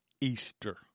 Easter